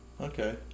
Okay